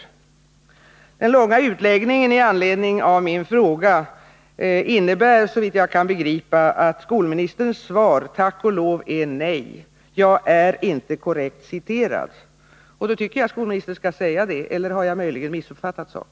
27 Den långa utläggningen med anledning av min fråga innebär, såvitt jag kan begripa, att skolministerns svar tack och lov är: Nej, jag är inte korrekt citerad. Då tycker jag att skolministern skall säga det. Eller har jag möjligen missuppfattat saken?